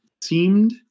seemed